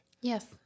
Yes